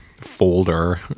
folder